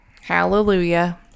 Hallelujah